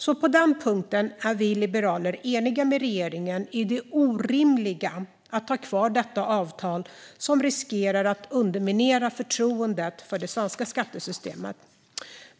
Så på den punkten är vi liberaler eniga med regeringen om det orimliga i att ha kvar detta avtal, som riskerar att underminera förtroendet för det svenska skattesystemet.